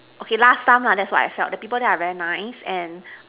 okay last time lah that's what I felt the people there are very nice and